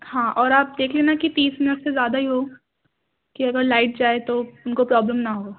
ہاں اور آپ دیکھ لینا کہ تیس منٹ سے زیادہ ہی ہو کہ اگر لائٹ جائے تو ان کو پرابلم نہ ہو